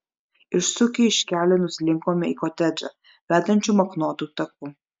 išsukę iš kelio nuslinkome į kotedžą vedančiu maknotu taku